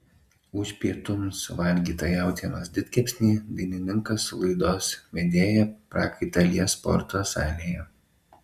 už pietums suvalgytą jautienos didkepsnį dainininkas su laidos vedėja prakaitą lies sporto salėje